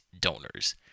donors